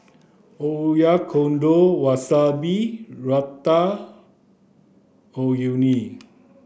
Oyakodon Wasabi Ratatouille